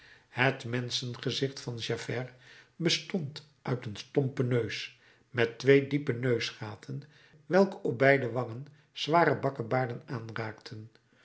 het menschengezicht van javert bestond uit een stompen neus met twee diepe neusgaten welke op beide wangen zware bakkebaarden aanraakten